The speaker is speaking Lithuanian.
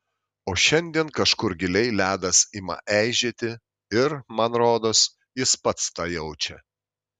o šiandien kažkur giliai ledas ima eižėti ir man rodos jis pats tą jaučia